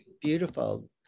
Beautiful